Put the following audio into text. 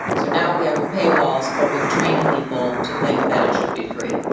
so now we have paywalls, but we've trained people to think that it should be free.